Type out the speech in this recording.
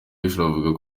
avuga